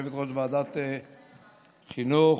ועדת חינוך.